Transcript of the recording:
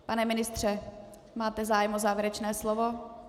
Pane ministře, máte zájem o závěrečné slovo?